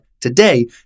Today